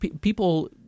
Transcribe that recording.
people